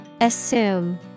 Assume